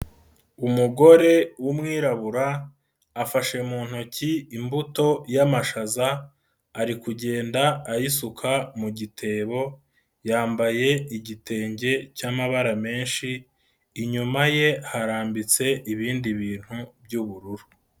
Umugore w'umwirabura afashe mu ntoki imbuto y'amashaza ari kugenda ayisuka mu gitebo, yambaye igitenge cy'amabara menshi, inyuma ye harambitse ibindi bintu by'ubururu.